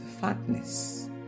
fatness